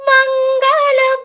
Mangala